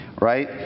right